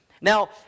Now